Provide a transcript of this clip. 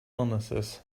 illnesses